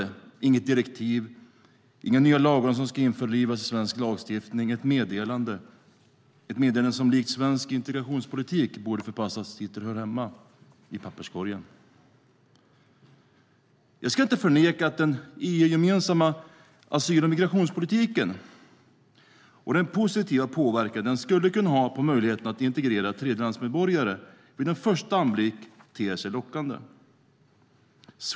Det finns inget direktiv, inga nya lagar som ska införlivas i svensk lagstiftning, utan bara ett meddelande som likt svensk integrationspolitik borde förpassas dit där det hör hemma, till papperskorgen. Jag ska inte förneka att den EU-gemensamma asyl och migrationspolitiken och den positiva påverkan den skulle kunna ha på möjligheten att integrera tredjelandsmedborgare vid en första anblick ter sig lockande.